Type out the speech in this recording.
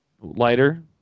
lighter